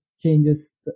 changes